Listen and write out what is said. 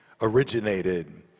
originated